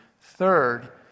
Third